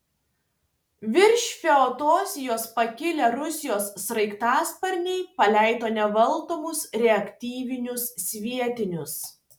virš feodosijos pakilę rusijos sraigtasparniai paleido nevaldomus reaktyvinius sviedinius